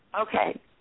Okay